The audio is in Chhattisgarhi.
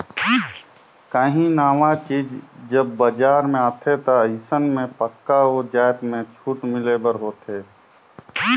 काहीं नावा चीज जब बजार में आथे ता अइसन में पक्का ओ जाएत में छूट मिले बर होथे